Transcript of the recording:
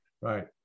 Right